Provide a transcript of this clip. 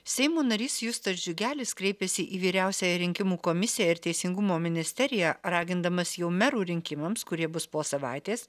seimo narys justas džiugelis kreipėsi į vyriausiąją rinkimų komisiją ir teisingumo ministeriją ragindamas jau merų rinkimams kurie bus po savaitės